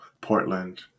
Portland